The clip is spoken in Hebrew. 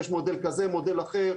יש מודל כזה או אחר,